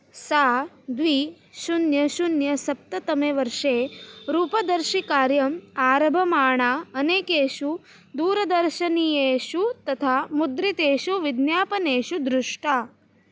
सा द्वे शून्यं शून्यं सप्ततमे वर्षे रूपदर्शिकार्यम् आरभ्यमाणा अनेकेषु दूरदर्शनीयेषु तथा मुद्रितेषु विज्ञापनेषु दृष्टा